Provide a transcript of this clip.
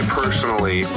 personally